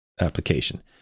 application